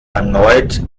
erneut